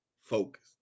focus